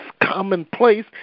commonplace